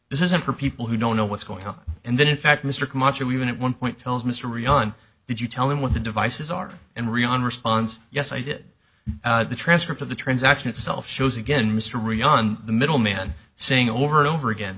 this isn't for people who don't know what's going on and then in fact mr camacho even at one point tells mystery on did you tell him what the devices are and rian responds yes i did the transcript of the transaction itself shows again mystery on the middle man saying over and over again